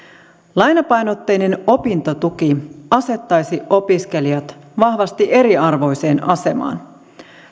lainapainotteinen opintotuki asettaisi opiskelijat vahvasti eriarvoiseen asemaan